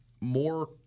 more